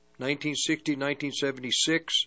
1960-1976